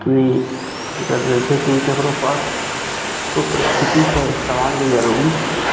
कि जकर जइसे कि ककरो पास कोइ परिस्थिति छै समान भी जरूरी छै